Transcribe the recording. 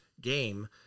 game